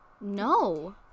No